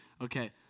Okay